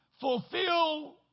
fulfill